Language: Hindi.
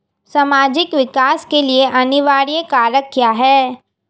सामाजिक विकास के लिए अनिवार्य कारक क्या है?